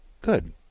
Good